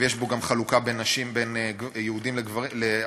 ויש פה גם חלוקה בין יהודים לערבים.